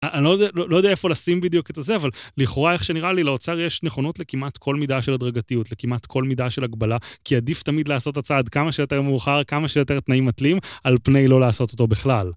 אני לא יודע איפה לשים בדיוק את הזה, אבל לכאורה, איך שנראה לי, לאוצר יש נכונות לכמעט כל מידה של הדרגתיות, לכמעט כל מידה של הגבלה, כי עדיף תמיד לעשות הצעד כמה שיותר מאוחר, כמה שיותר תנאים מקלים, על פני לא לעשות אותו בכלל.